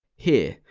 here,